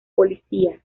policía